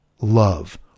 love